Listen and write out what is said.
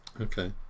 Okay